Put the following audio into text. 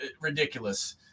ridiculous